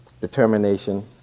determination